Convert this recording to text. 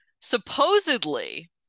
Supposedly